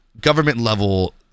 government-level